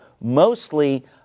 mostly